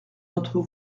d’entre